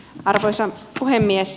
arvoisa puhemies